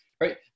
right